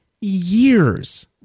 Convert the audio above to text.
years